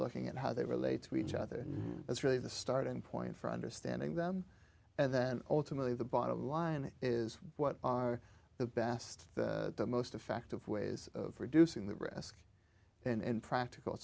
looking at how they relate to each other and that's really the starting point for understanding them and then ultimately the bottom line is what are the best most effective ways of reducing the risk in practical